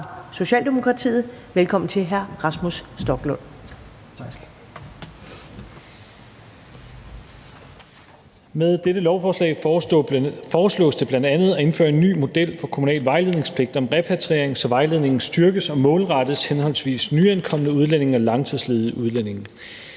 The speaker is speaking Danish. Stoklund. Kl. 18:40 (Ordfører) Rasmus Stoklund (S): Med dette lovforslag foreslås det bl.a. at indføre en ny model for kommunal vejledningspligt om repatriering, så vejledningen styrkes og målrettes henholdsvis nyankomne udlændinge og langtidsledige udlændinge.